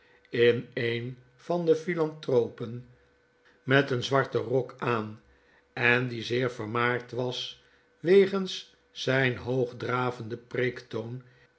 in een van de philanthropen met eenzwarten rok aan en die zeer vermaard was wegens zyn hoogdravenden